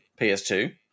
PS2